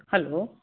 hello